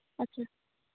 ᱟᱪᱪᱷᱟ